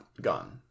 gone